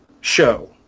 show